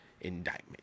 indictment